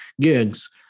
gigs